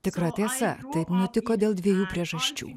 tikra tiesa taip nutiko dėl dviejų priežasčių